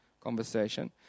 conversation